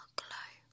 glow